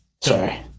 Sorry